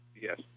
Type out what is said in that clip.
Yes